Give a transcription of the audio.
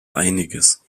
einiges